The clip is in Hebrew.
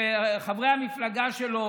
שחברי המפלגה שלו,